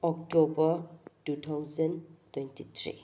October two thousand twenty three